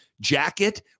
jacket